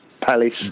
Palace